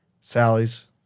Sally's